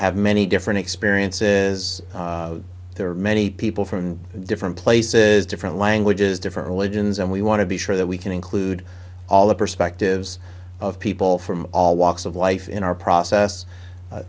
have many different experiences there are many people from different places different languages different religions and we want to be sure that we can include all the perspectives of people from all walks of life in our process